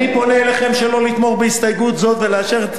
אני פונה אליכם שלא לתמוך בהסתייגות זו ולאשר,